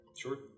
sure